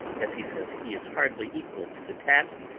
as he says he is hardly equal to the task,